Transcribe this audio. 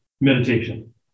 meditation